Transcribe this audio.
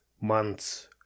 months